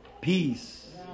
Peace